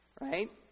right